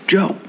Joe